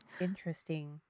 Interesting